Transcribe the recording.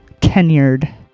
tenured